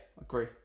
agree